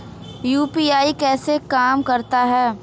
UPI कैसे काम करता है?